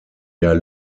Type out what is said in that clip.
der